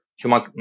Human